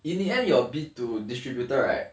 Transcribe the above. in the end your B to distributor right